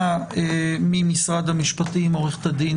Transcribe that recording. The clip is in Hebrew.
ממשרד המשפטים עורכת הדין